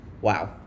Wow